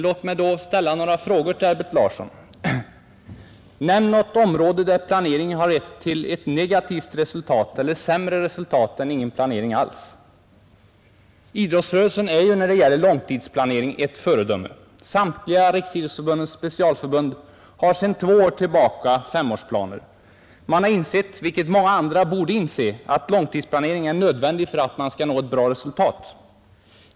Låt mig då få be herr Larsson att nämna något område där planering har lett till ett negativt resultat eller till ett sämre resultat än ingen planering alls. Idrottsrörelsen är ju när det gäller långtidsplanering ett föredöme. Samtliga Riksidrottsförbundets specialförbund har sedan två år tillbaka femårsplaner. Man har insett, vilket många andra borde inse, att långtidsplanering är nödvändig för att man skall nå ett bra resultat.